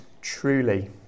truly